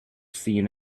seen